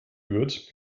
wird